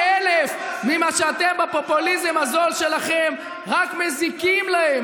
אלף ממה שאתם בפופוליזם הזול שלכם רק מזיקים להם.